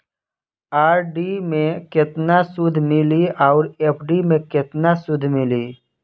RD मे केतना सूद मिली आउर एफ.डी मे केतना सूद मिली?